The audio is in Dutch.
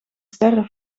sterren